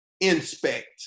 inspect